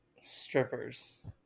Strippers